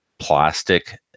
plastic